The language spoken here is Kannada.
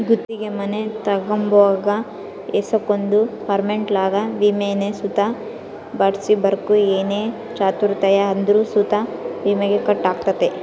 ಗುತ್ತಿಗೆ ಮನೆ ತಗಂಬುವಾಗ ಏಸಕೊಂದು ಅಪಾರ್ಟ್ಮೆಂಟ್ಗುಳಾಗ ವಿಮೇನ ಸುತ ಮಾಡ್ಸಿರ್ಬಕು ಏನೇ ಅಚಾತುರ್ಯ ಆದ್ರೂ ಸುತ ವಿಮೇಗ ಕಟ್ ಆಗ್ತತೆ